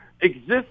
exist